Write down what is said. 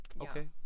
okay